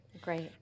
Great